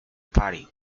party